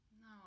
No